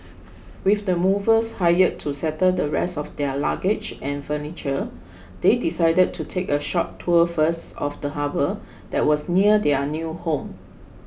with the movers hired to settle the rest of their luggage and furniture they decided to take a short tour first of the harbour that was near their new home